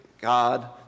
God